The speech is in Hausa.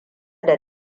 da